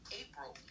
april